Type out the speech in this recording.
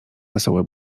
wesołe